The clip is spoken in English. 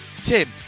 Tim